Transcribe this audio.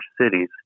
cities